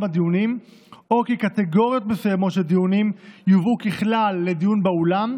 הדיונים או כי קטגוריות מסוימות של דיונים יובאו ככלל לדיון באולם,